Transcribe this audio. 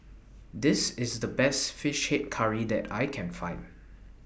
This IS The Best Fish Head Curry that I Can Find